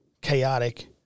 chaotic